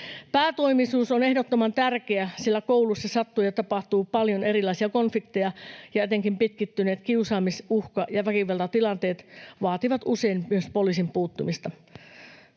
Päätoimisuus on ehdottoman tärkeää, sillä koulussa sattuu ja tapahtuu paljon erilaisia konflikteja, ja etenkin pitkittyneet kiusaamis-, uhka- ja väkivaltatilanteet vaativat usein myös poliisin puuttumista.